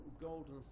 Golden